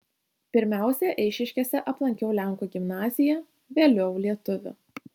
pirmiausia eišiškėse aplankiau lenkų gimnaziją vėliau lietuvių